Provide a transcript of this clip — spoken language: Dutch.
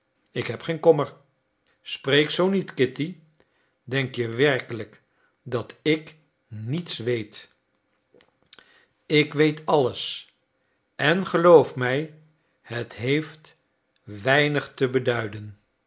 ik heb geen kommer spreek zoo niet kitty denk je werkelijk dat ik niets weet ik weet alles en geloof mij het heeft weinig te beduiden